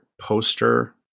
poster